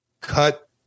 cut